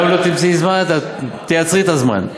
גם אם לא תמצאי זמן, תייצרי את הזמן.